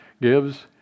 gives